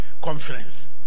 Conference